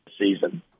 season